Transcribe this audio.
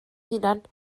hunan